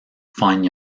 fine